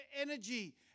energy